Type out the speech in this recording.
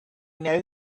know